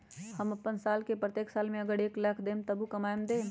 हम अपन साल के प्रत्येक साल मे अगर एक, दो लाख न कमाये तवु देम?